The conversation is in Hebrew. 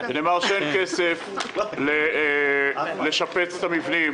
ונאמר שאין כסף לשפץ את המבנים,